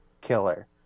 killer